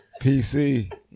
PC